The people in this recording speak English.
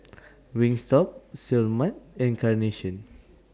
Wingstop Seoul Mart and Carnation